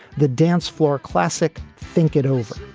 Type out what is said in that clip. the dance floor classic. think it over.